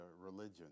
religion